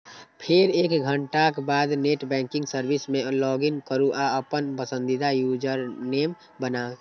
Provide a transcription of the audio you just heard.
फेर एक घंटाक बाद नेट बैंकिंग सर्विस मे लॉगइन करू आ अपन पसंदीदा यूजरनेम बनाउ